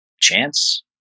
Chance